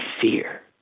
fear